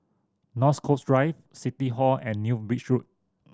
North Coast Drive City Hall and New Bridge Road